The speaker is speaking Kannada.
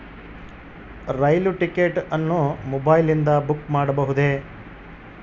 ರೈಲು ಟಿಕೆಟ್ ಅನ್ನು ಮೊಬೈಲಿಂದ ಬುಕ್ ಮಾಡಬಹುದೆ?